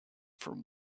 for